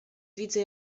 widzę